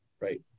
right